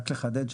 רק לחדד.